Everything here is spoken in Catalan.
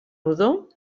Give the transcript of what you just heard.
rodó